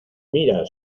mira